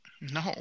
No